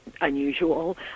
Unusual